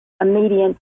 immediate